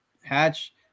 hatch